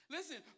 Listen